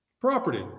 property